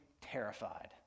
terrified